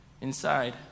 inside